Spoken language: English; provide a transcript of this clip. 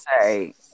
say